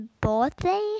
birthday